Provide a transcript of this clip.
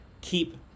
keep